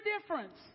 difference